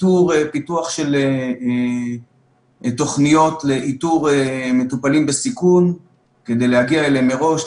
פיתוח של תוכניות לאיתור מטופלים בסיכון כדי להגיע אליהם מראש,